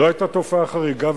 לא היתה תופעה חריגה.